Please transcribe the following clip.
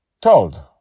Told